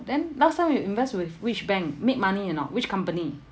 then last time you invest with which bank make money or not which company